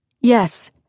yes